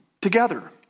together